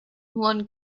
one